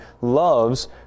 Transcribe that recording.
loves